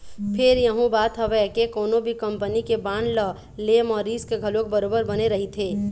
फेर यहूँ बात हवय के कोनो भी कंपनी के बांड ल ले म रिस्क घलोक बरोबर बने रहिथे